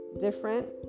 different